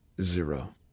zero